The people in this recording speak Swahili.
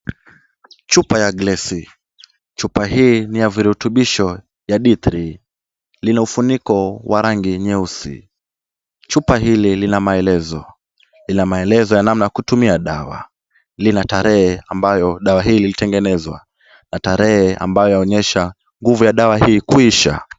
Chupa ya glesi . Chupa hii ni ya virutubisho ya D3. Lina ufuniko wa rangi nyeusi. Chupa hili lina maelezo. Lina maelezo ya namna ya kutumia dawa, lina tarehe ambayo dawa hii ilitengenezwa na tarehe ambayo inaonyesha nguvu ya dawa hii kuisha.